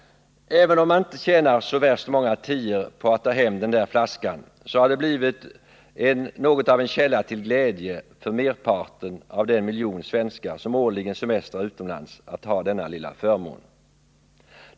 Även om man inte tjänar så värst många tior på att få ta hem den där flaskan, så har det blivit något av en källa till glädje för merparten av den miljon svenskar som årligen semestrar utomlands att ha denna lilla förmån.